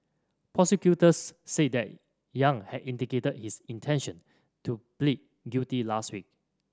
prosecutors said that Yang had indicated his intention to plead guilty last week